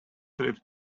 trip